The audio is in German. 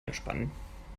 entspannen